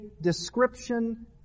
description